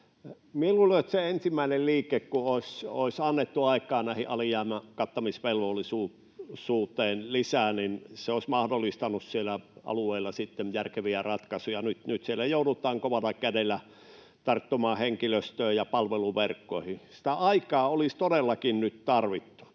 luulen, että se ensimmäinen liike, että olisi annettu lisää aikaa alijäämän kattamisvelvollisuuteen, olisi mahdollistanut siellä alueella sitten järkeviä ratkaisuja. Nyt siellä joudutaan kovalla kädellä tarttumaan henkilöstöön ja palveluverkkoihin. Sitä aikaa ja sitä työrauhaa olisi todellakin nyt tarvittu,